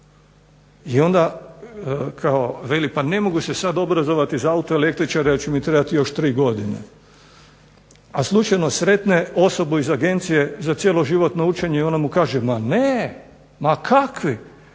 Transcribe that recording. I onda veli, pa ne mogu se sada obrazovati za autoelektričara jer će mi tri godine. A slučajno sretne osobu iz Agencije za cjeloživotno učenje i ona mu kaže, ma ne, ma kakvi,